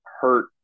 hurt